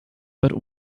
but